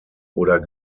oder